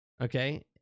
Okay